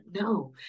No